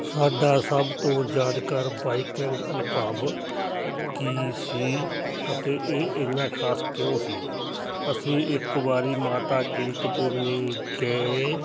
ਸਾਡਾ ਸਭ ਤੋਂ ਯਾਦਗਾਰ ਬਾਈਕਿੰਗ ਅਨੁਭਵ ਕੀ ਸੀ ਅਤੇ ਇਹ ਇੰਨਾ ਖ਼ਾਸ ਕਿਉਂ ਸੀ ਅਸੀਂ ਇੱਕ ਵਾਰ ਮਾਤਾ ਚਿੰਤਪੁਰਨੀ ਗਏ